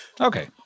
Okay